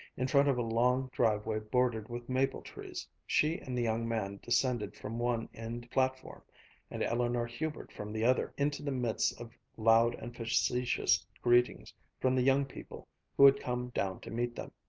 in front of a long driveway bordered with maple-trees she and the young man descended from one end-platform and eleanor hubert from the other, into the midst of loud and facetious greetings from the young people who had come down to meet them.